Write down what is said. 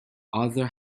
other